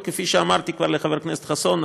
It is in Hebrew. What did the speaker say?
וכפי שאמרתי כבר לחבר הכנסת חסון,